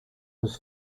was